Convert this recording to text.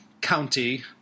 county